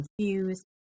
confused